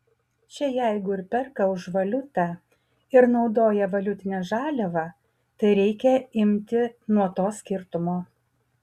čia jeigu ir perka už valiutą ir naudoja valiutinę žaliavą tai reikia imti nuo to skirtumo